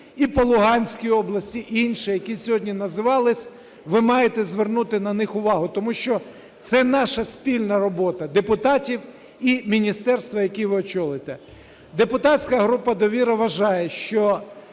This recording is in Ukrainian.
і по Луганській області, і інші, які сьогодні називалися, ви маєте звернути на них увагу, тому що це наша спільна робота, депутатів і міністерства, яке ви очолите. Депутатська група "Довіра" вважає, що